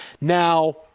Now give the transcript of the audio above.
Now